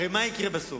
הרי מה יקרה בסוף?